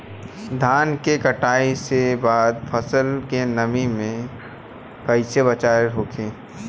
धान के कटाई के बाद फसल के नमी से कइसे बचाव होखि?